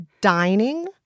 dining